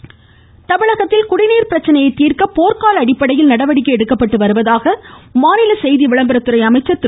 மமமமமம கடம்புர்டராஜு தமிழகத்தில் குடிநீர் பிரச்சனையை தீர்க்க போர்க்கால அடிப்படையில் நடவடிக்கை எடுக்கப்பட்டு வருவதாக மாநில செய்தி விளம்பரத்துறை அமைச்சர் திரு